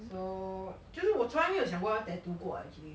so 就是我从来没有讲过要 tattoo 过 ah actually